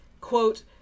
quote